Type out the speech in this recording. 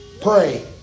Pray